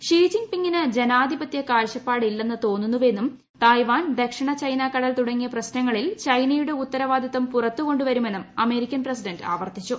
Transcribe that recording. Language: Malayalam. ഷീ ജിങ് പിങ്ങിന് ജനാധിപത്യ കാഴ്ചപ്പാട് ഇല്ലെന്ന് തോന്നുന്നുവെന്നും തയ്വാൻ ദക്ഷിണ ചൈനാ കടൽ തുടങ്ങിയ പ്രശ്നങ്ങളിൽ ചൈനയുടെ ഉത്തരവാദിത്തം പുറത്തുകൊണ്ടുവരുമെന്നും അമേരിക്കൻ പ്രസിഡന്റ് ആവർത്തിച്ചു